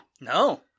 No